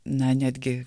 na netgi